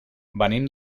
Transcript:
venim